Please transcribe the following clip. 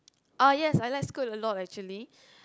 ah yes I like school a lot actually